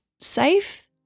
safe